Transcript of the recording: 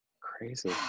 Crazy